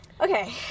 Okay